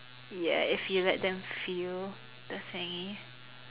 ya if you let them feel the same